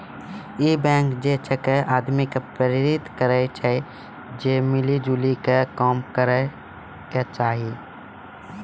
इ बैंक जे छे आदमी के प्रेरित करै छै जे मिली जुली के काम करै के चाहि